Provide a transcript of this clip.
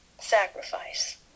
Sacrifice